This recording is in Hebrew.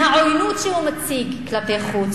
מהעוינות שהוא מציג כלפי חוץ.